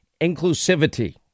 inclusivity